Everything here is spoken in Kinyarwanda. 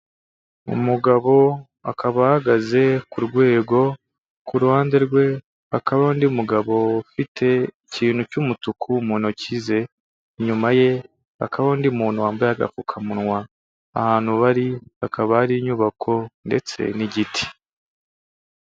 Umugabo akaba ahagaze ku rwego, ku ruhande rwe hakabaho undi mugabo ufite ikintu cy'umutuku mu ntoki ze, inyuma ye hakaho undi muntu wambaye agapfukamunwa, ahantu bari hakaba hari inyubako ndetse n'igiti.